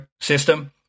system